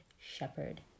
shepherd